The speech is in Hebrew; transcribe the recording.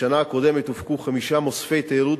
בשנה הקודמת הופקו חמישה מוספי תיירות